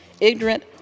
ignorant